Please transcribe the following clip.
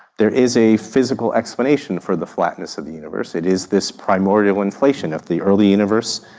there is a physical explanation for the flatness of the universe, it is this primordial inflation of the early universe,